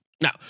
Now